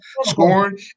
scoring